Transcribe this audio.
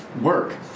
work